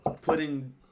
putting